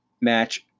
match